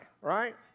right